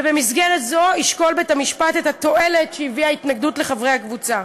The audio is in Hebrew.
ובמסגרת זו ישקול בית-המשפט את התועלת שהביאה ההתנגדות לחברי הקבוצה.